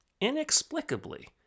inexplicably